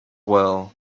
well